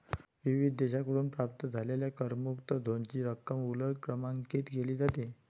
विविध देशांकडून प्राप्त झालेल्या करमुक्त झोनची रक्कम उलट क्रमांकित केली जाते